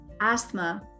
asthma